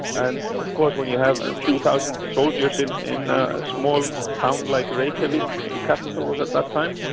and of course when you have a few thousand soldiers in in ah a small town like reykjavik, the capital was at that time,